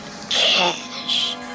Cash